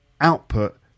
output